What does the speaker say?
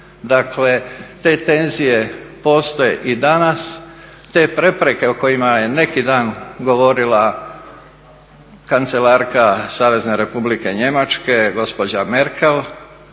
Dakle, te tenzije postoje i danas, te prepreke o kojima je neki dan govorila kancelarska Savezne Republike Njemačke gospođa Merkel